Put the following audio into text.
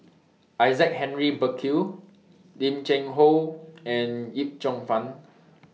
Isaac Henry Burkill Lim Cheng Hoe and Yip Cheong Fun